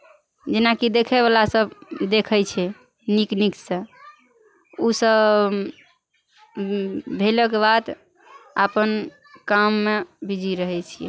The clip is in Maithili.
जेनाकि देखयवला सभ देखै छै नीक नीकसँ ओसभ भेलाके बाद अपन काममे बिजी रहै छियै